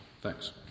thanks